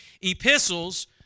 epistles